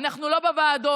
אנחנו לא בוועדות,